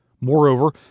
Moreover